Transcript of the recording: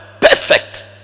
Perfect